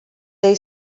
they